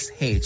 SH